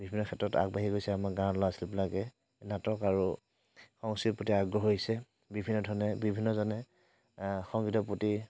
বিভিন্ন ক্ষেত্ৰত আগবাঢ়ি গৈছে আমাৰ গাঁৱৰ ল'ৰা ছোৱালীবিলাকে নাটক আৰু সংস্কৃতিৰ প্ৰতি আগ্ৰহ হৈছে বিভিন্ন ধৰণে বিভিন্নজনে সংগীতৰ প্ৰতি